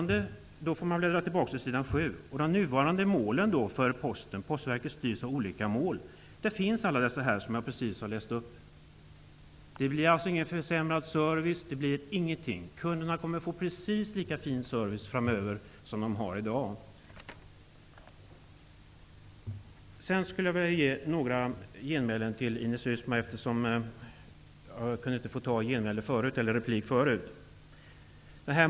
De nuvarande målen för Postverket, som jag nyss har redovisat, anges på s. 7. Det blir alltså ingen förändrad service. Kunderna kommer att få en precis lika fin service framöver som de har i dag. Jag vill också ge några genmälen till Ines Uusmann, eftersom jag inte kunde replikera henne tidigare.